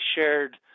shared